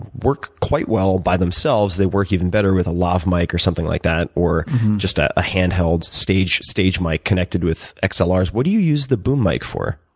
work quite well by themselves. they work even better with a lav mike or something like that, or just ah a handheld stage stage mike connected with xlrs. what do you use the boom mike for?